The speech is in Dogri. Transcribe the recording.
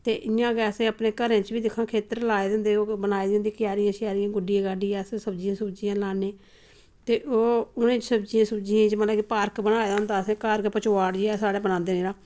ते इयां गै असें अपने घरें च बी दिक्खो हां खेत्तर लाए दे हुंदे ओह् बनाई दी हुंदी क्यारियां शेयारियां गुड्डी गाड्डियै अस सब्जियां सुब्जियां लान्ने ते ओह् उनें सब्जियें सुब्जियें च मतलब इयां पार्क बनाए दा हुंदा असें घर के पचोआड़ जेहा स्हाड़े बनांदे जेह्ड़ा